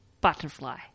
Butterfly